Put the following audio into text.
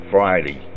Friday